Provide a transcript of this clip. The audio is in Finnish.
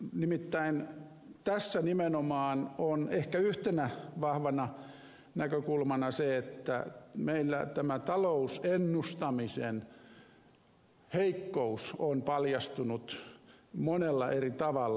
nimittäin tässä nimenomaan on ehkä yhtenä vahvana näkökulmana se että meillä talousennustamisen heikkous on paljastunut monella eri tavalla